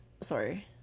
sorry